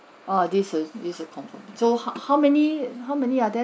err this is this is confirmed so how how many how many are there